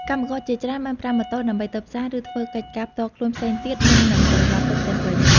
កម្មករជាច្រើនបានប្រើម៉ូតូដើម្បីទៅផ្សារ ឬធ្វើកិច្ចការផ្ទាល់ខ្លួនផ្សេងទៀតមុននឹងត្រឡប់ទៅផ្ទះវិញ។